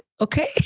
Okay